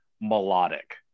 melodic